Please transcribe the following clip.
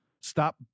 Stop